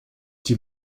die